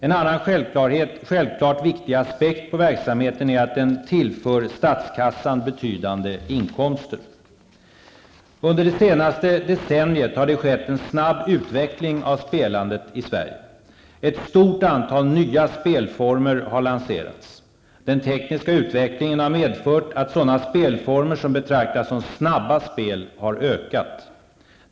En annan självklart viktig aspekt på verksamheten är att den tillför statskassan betydande inkomster. Under det senaste decenniet har det skett en snabb utveckling av spelandet i Sverige. Ett stort antal nya spelformer har lanserats. Den tekniska utvecklingen har medfört att sådana spelformer som betraktas som snabba spel har ökat.